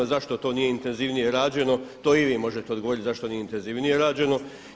Zašto to nije intenzivnije rađeno, to i vi možete odgovoriti zašto nije intenzivnije rađeno.